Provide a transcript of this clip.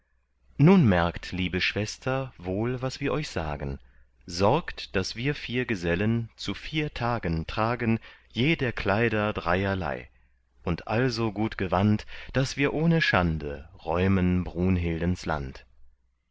nun merkt liebe schwester wohl was wir euch sagen sorgt daß wir vier gesellen zu vier tagen tragen je der kleider dreierlei und also gut gewand daß wir ohne schande räumen brunhildens land